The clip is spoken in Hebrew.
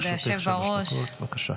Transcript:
לרשותך שלוש דקות, בבקשה.